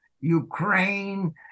Ukraine